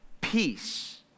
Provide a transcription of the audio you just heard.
peace